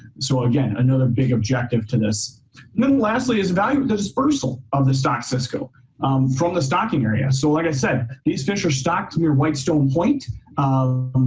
so again, another big objective to this. and then lastly is evaluate dispersal of the stock cisco from the stocking area. so like i said, these fish are stocked near whitestone point um